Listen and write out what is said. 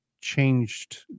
changed